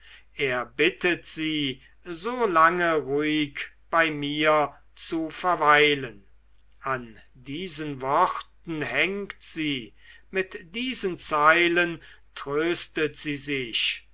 er bittet sie so lange ruhig bei mir zu verweilen an diesen worten hängt sie mit diesen zeilen tröstet sie sich